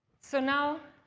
so now,